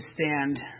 stand